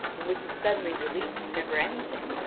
and which is suddenly released whenever anything,